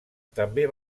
també